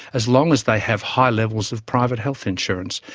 as long as they have high levels of private health insurance.